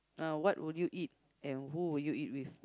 ah what would you eat and who would you eat with